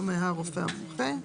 לא מהרופא המומחה.